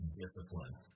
discipline